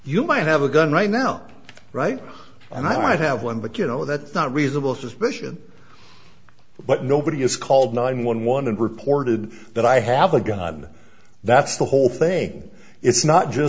you might have a gun right now right and i have one but you know that's not reasonable suspicion but nobody has called nine one one and reported that i have a gun that's the whole thing it's not just